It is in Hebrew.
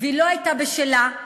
והיא לא הייתה בשלה,